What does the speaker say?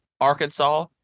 Arkansas